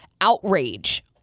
outrage